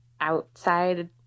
outside